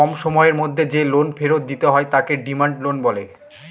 কম সময়ের মধ্যে যে লোন ফেরত দিতে হয় তাকে ডিমান্ড লোন বলে